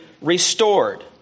restored